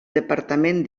departament